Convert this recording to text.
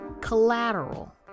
collateral